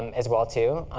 um as well, too.